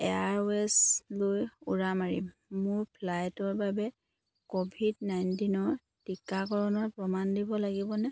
এয়াৰৱেজলৈ উৰা মাৰিম মোৰ ফ্লাইটৰ বাবে ক'ভিড নাইনটিনৰ টিকাকৰণৰ প্ৰমাণ দিব লাগিবনে